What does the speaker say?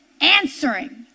answering